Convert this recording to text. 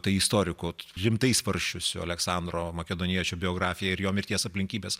tai istoriko rimtai svarsčiusio aleksandro makedoniečio biografiją ir jo mirties aplinkybes